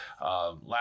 Last